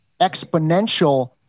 exponential